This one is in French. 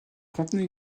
contenait